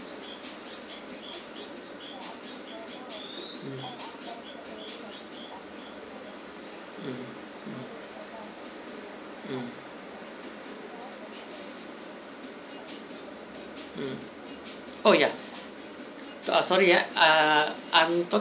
mm mm mm mm mm oh ya sorry ya ah I'm talking